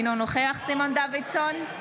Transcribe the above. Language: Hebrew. אינו נוכח סימון דוידסון,